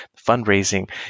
fundraising